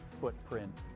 footprint